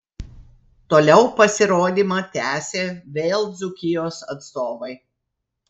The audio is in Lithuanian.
toliau pasirodymą tęsė vėl dzūkijos atstovai